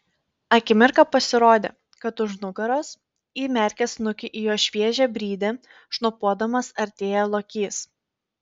akimirką pasirodė kad už nugaros įmerkęs snukį į jos šviežią brydę šnopuodamas artėja lokys